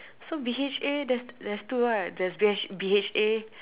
so B_H_A there's there's two lah there's B there's B_H_A